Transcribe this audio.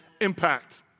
impact